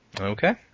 Okay